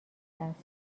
است